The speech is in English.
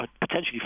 potentially